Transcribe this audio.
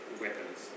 weapons